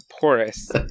porous